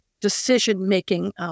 decision-making